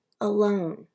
alone